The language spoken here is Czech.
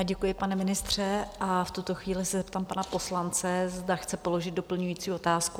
Děkuji, pane ministře, a v tuto chvíli se zeptám pana poslance, zda chce položit doplňující otázku?